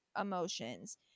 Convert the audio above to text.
emotions